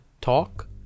talk